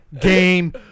game